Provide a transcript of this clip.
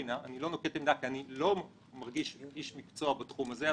אני לא מדבר על עצה משפטית.